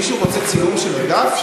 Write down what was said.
מישהו רוצה צילום של הדף,